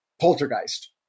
poltergeist